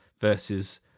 versus